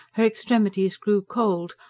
her extremities grew cold,